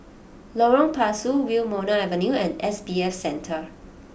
Lorong Pasu Wilmonar Avenue and S B F Center